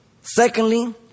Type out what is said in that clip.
Secondly